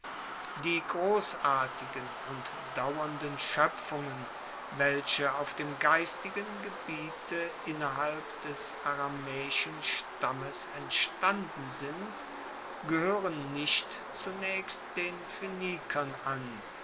die grossartigen und dauernden schoepfungen welche auf dem geistigen gebiete innerhalb des aramaeischen stammes entstanden sind gehoeren nicht zunaechst den phoenikern an